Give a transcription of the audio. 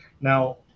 Now